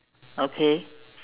okay